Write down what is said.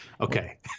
Okay